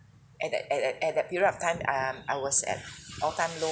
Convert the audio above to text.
at that at that at that period of time um I was at all-time low